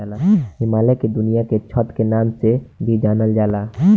हिमालय के दुनिया के छत के नाम से भी जानल जाला